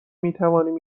میتوانیم